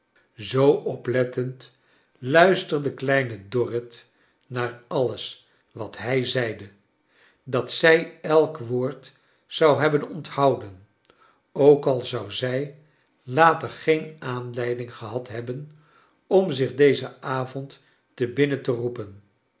zoo oplettend luisterde kleine dorrit naar alios wat hij zeide dat zij elk woord zou hebben onthouden ook al zou zij later geen aanleiding gehad hebben om zich dezen avond te binnen te roepen